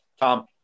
tom